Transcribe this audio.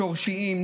השורשיים,